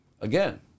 Again